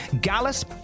Gallus